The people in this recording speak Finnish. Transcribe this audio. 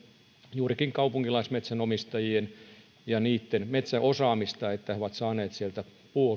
juurikin kaupunkilaismetsänomistajien metsäosaamista että he ovat saaneet sieltä